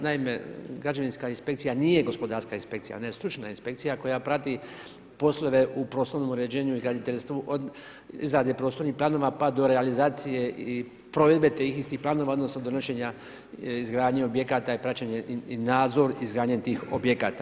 Naime, građevinska inspekcija nije gospodarska inspekcija, ona je stručna inspekcija, koja prati poslove u prostornom uređenju i graditeljstvu od izrade prostornih planova, pa do realizacije i provedbe tih istih planova, odnosno, donošenja izgradnje objekata i praćenje i nadzor izgradnje tih objekata.